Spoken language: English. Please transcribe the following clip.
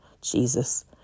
Jesus